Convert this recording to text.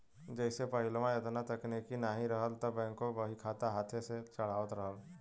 जइसे पहिलवा एतना तकनीक नाहीं रहल त बैंकों बहीखाता हाथे से चढ़ावत रहल